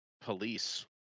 police